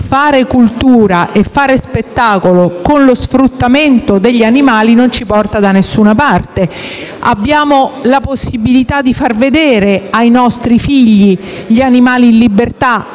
fare cultura e spettacolo con lo sfruttamento degli animali non ci porta da nessuna parte. Abbiamo la possibilità di far vedere ai nostri figli gli animali in libertà